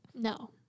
No